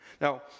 Now